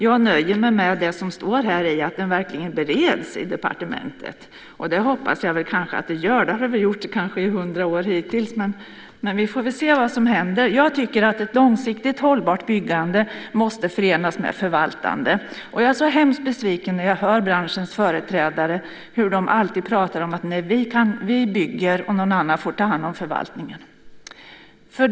Jag nöjer mig med det som står om att detta verkligen bereds i departementet. Det hoppas jag att det görs. Det har det kanske gjorts i hundra år hittills, men vi får väl se vad som händer. Jag tycker att ett långsiktigt hållbart byggande måste förenas med förvaltande. Jag blir hemskt besviken när jag hör hur branschens företrädare alltid pratar om att vi bygger och någon annan får ta hand om förvaltningen.